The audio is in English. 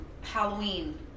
Halloween